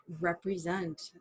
represent